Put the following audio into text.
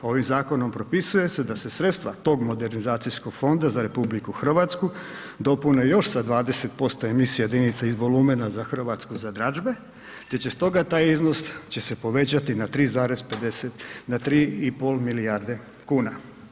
Ovim zakonom propisuje se da se sredstva tog modernizacijskog fonda za RH dopune još sa 20% emisije jedinice iz volumena za dražbe te će stoga taj iznos će se povećati na 3,5 milijarde kuna.